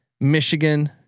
Michigan